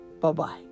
Bye-bye